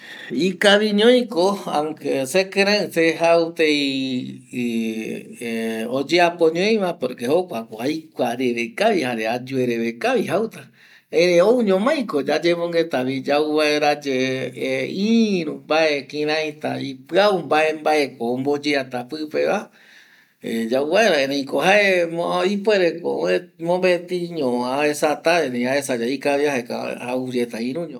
Ikaviñoi ko, aunque sekɨreɨ se jau tei oyeapoñoiva, porque jokua ko aikua reve kavi jare ayue reve kavi jauta. Erei ou ñomai ko yayemongueta vi yau vaera ye iru mbae kirai ta ipɨau mbae mbae ko omboyeata pɨpe va yau vaera, erei ko jae ipuere ko oe mopetiño aesata, erei aesa yae ikavia, jau yeta iru ño.